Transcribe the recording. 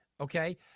Okay